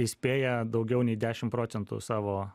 įspėja daugiau nei dešim procentų savo